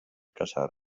casar